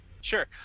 Sure